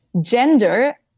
gender